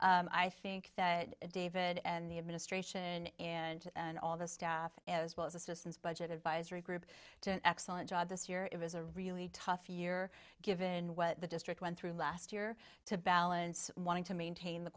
i think that david and the administration and all the staff as well as assistance budget advisory group to an excellent job this year it was a really tough year given what the district went through last year to balance wanting to maintain the